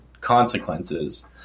consequences